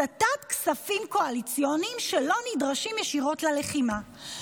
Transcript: הסטת כספים קואליציוניים שלא נדרשים ישירות ללחימה.